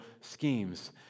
schemes